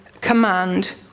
command